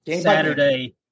Saturday